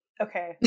okay